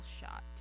shot